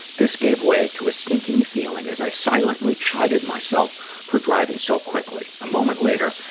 this gave way to a sinking feeling as i silently chided myself for driving so quickly. a moment later,